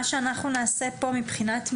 מה שאנחנו נעשה פה מבחינת מעקב,